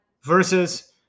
Versus